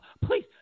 Please